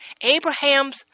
Abraham's